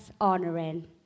honoring